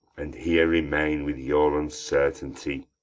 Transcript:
and here remain with your uncertainty!